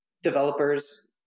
developers